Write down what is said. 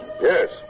Yes